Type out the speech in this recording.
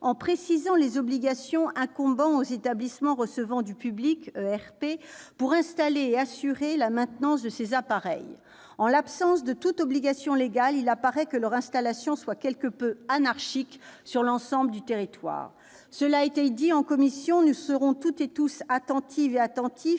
en précisant les obligations incombant aux établissements recevant du public, les ERP, pour installer et assurer la maintenance de ces appareils. En l'absence de toute obligation légale, il semble que leur installation soit quelque peu anarchique sur l'ensemble du territoire. Cela a été dit en commission, nous serons toutes et tous attentives et attentifs